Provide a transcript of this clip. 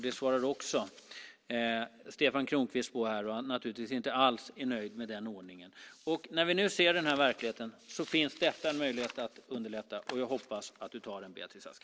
Det svarade också Stefan Kronqvist på, och han är naturligtvis inte alls nöjd med den ordningen. När vi nu ser den här verkligheten är detta en möjlighet att underlätta och jag hoppas att du tar den, Beatrice Ask.